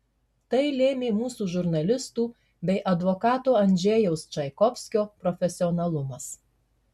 tai lėmė mūsų žurnalistų bei advokato andžejaus čaikovskio profesionalumas